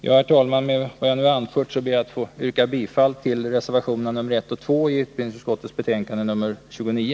Herr talman! Med vad jag nu har anfört ber jag att få yrka bifall till reservationerna 1 och 2 vid utbildningsutskottets betänkande nr 29.